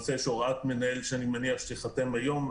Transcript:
יש הוראת מנהל, שאני מניח שתיחתם היום.